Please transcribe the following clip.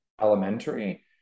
elementary